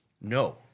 No